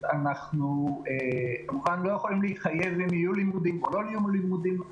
אנחנו יכולים ללמוד מהעבר לגבי העתיד ולא חייבים להמשיך בדיוק אותו